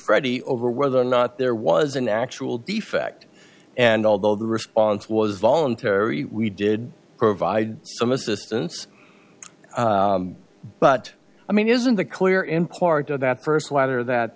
freddie over whether or not there was an actual defect and although the response was voluntary we did provide some assistance but i mean isn't that clear in part of that first letter that